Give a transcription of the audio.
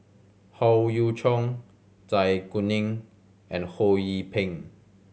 Howe Yoon Chong Zai Kuning and Ho Yee Ping